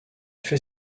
fait